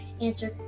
answer